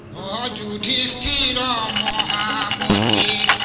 da da da da da da um ah da